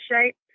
shape